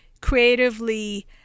creatively